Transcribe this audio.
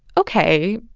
ok,